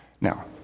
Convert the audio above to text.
Now